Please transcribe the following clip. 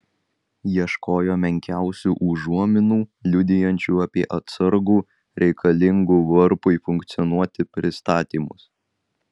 ieškojo menkiausių užuominų liudijančių apie atsargų reikalingų varpui funkcionuoti pristatymus